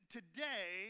Today